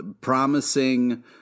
promising